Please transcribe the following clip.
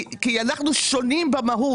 אנחנו שונים במהות.